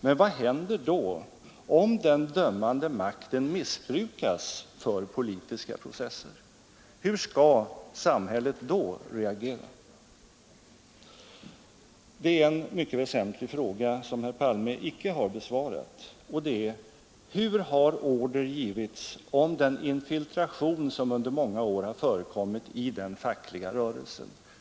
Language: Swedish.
Men vad händer då om den dömande makten missbrukas för politiska processer? Hur skall samhället då reagera? Det är en mycket väsentlig fråga som herr Palme icke har besvarat: Hur har order givits om den infiltration som under många år har förekommit i den fackliga rörelsen?